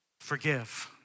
Forgive